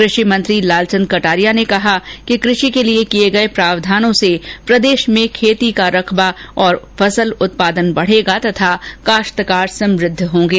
कृषि मंत्री लालचंद कटारिया ने कहा कि कृषि के लिए किए गए प्रावधानों से प्रदेश में खेती का क्षेत्र और फसल उत्पादन बढेगा तथा काश्तकार समुद्ध होंगे